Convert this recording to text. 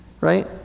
Right